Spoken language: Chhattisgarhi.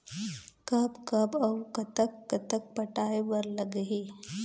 कब कब अऊ कतक कतक पटाए बर लगही